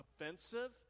offensive